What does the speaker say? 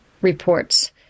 reports